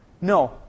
No